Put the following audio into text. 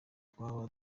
twaba